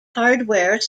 hardware